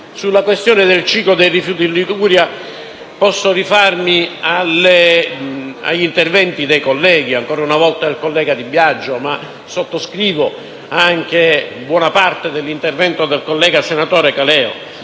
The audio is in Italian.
Sulla questione del ciclo dei rifiuti in Liguria posso rifarmi agli interventi dei colleghi, ancora una volta del collega Di Biagio, ma sottoscrivo anche buona parte dell'intervento del collega Caleo.